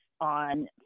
on